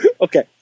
okay